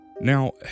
Now